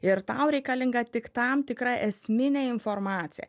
ir tau reikalinga tik tam tikra esminė informacija